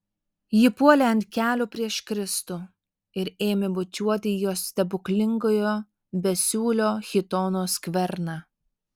ji puolė ant kelių prieš kristų ir ėmė bučiuoti jo stebuklingojo besiūlio chitono skverną